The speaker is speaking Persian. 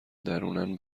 درونن